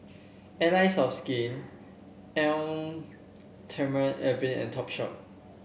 Allies of Skin Eau Thermale Avene and Topshop